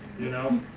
you know?